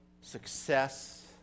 success